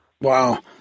Wow